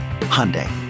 Hyundai